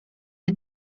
the